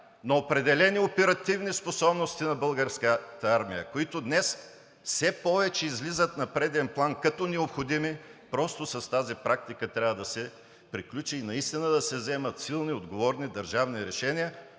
в определени оперативни способности на Българската армия, които днес все повече излизат на преден план като необходими, просто с тази практика трябва да се приключи и наистина да се вземат силни, отговорни, държавни решения